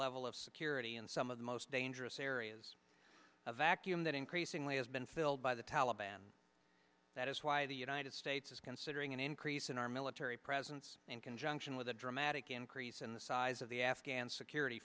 level of security in some of the most dangerous areas a vacuum that increasingly has been filled by the taliban that is why the united states is considering an increase in our military presence in conjunction with the dramatic increase in the size of the afghan security